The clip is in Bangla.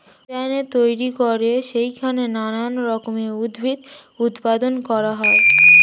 উদ্যানে তৈরি করে সেইখানে নানান রকমের উদ্ভিদ উৎপাদন করা হয়